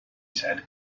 said